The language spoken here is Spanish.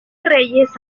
reyes